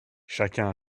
chacun